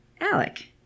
Alec